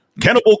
Cannibal